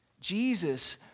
Jesus